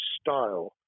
style